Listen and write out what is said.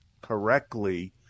correctly